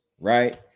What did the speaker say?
right